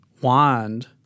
wand